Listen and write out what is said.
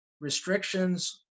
restrictions